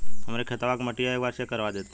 हमरे खेतवा क मटीया एक बार चेक करवा देत?